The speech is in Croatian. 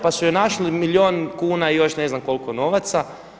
Pa su joj našli milijun kuna i još ne znam koliko novaca.